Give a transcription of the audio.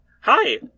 Hi